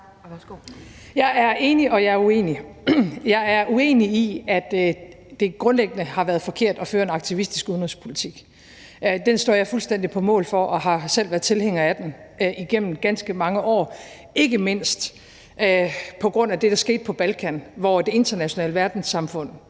Jeg er enig, og jeg er uenig. Jeg er uenig i, at det grundlæggende har været forkert at føre en aktivistisk udenrigspolitik. Den står jeg fuldstændig på mål for og har selv været tilhænger af igennem ganske mange år, ikke mindst på grund af det, der skete på Balkan, hvor det internationale verdenssamfund